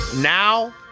now